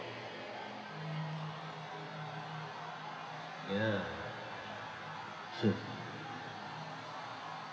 ya